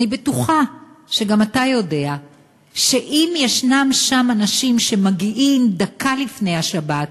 אני בטוחה שגם אתה יודע שאם יש שם אנשים שמגיעים דקה לפני השבת,